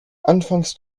anfangs